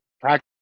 practice